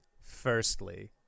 firstly